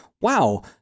wow